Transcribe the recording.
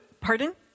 Pardon